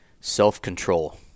self-control